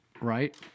right